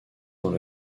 dans